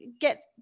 get